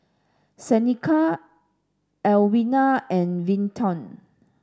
Seneca Edwina and Vinton